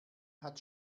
hat